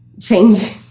change